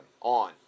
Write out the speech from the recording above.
on